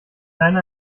einer